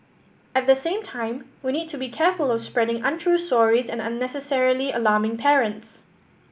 at the same time we need to be careful of spreading untrue stories and unnecessarily alarming parents